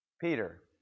Peter